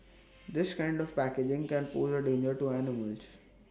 this kind of packaging can pose A danger to animals